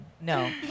No